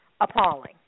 appalling